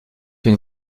une